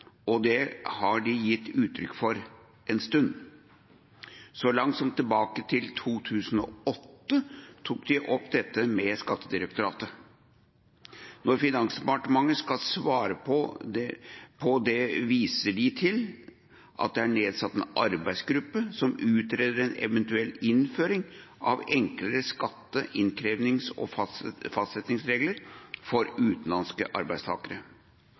og det har de gitt uttrykk for en stund. Så langt tilbake som i 2008 tok de opp dette med Skattedirektoratet. Når Finansdepartementet skal svare på det, viser de til at det er nedsatt en arbeidsgruppe som utreder en eventuell innføring av enklere skatte-, innkrevings- og fastsettingsregler for utenlandske arbeidstakere,